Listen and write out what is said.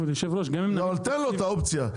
תן לו את האופציה.